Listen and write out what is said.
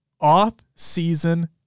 off-season